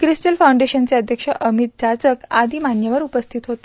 Christ फ्रऊंडेशनचे अध्यक्ष अमित जाचक आदी मान्यवर उपस्थित होते